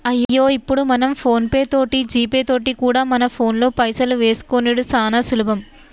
అయ్యో ఇప్పుడు మనం ఫోన్ పే తోటి జీపే తోటి కూడా మన ఫోన్లో పైసలు వేసుకునిడు సానా సులభం